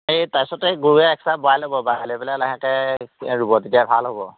এই তাৰ পিছতে গৰুৱে একচাহ বোৱাই ল'ব বোৱাই লৈ পেলাই লাহেকৈ ৰুব তেতিয়া ভাল হ'ব